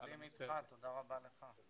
תודה רבה לך.